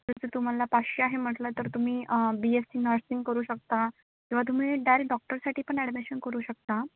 तसं तुम्हाला पाचशे आहे म्हटलं तर तुम्ही बीएससी नर्सिंग करू शकता किंवा तुम्ही डायरेक्ट डॉक्टरसाठी पण ॲडमिशन करू शकता